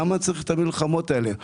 למה צריך את המלחמות האלה?